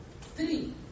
Three